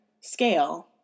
scale